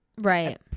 Right